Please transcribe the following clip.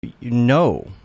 No